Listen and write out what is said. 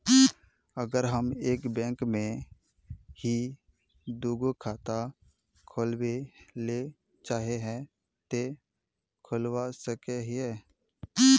अगर हम एक बैंक में ही दुगो खाता खोलबे ले चाहे है ते खोला सके हिये?